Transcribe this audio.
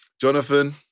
Jonathan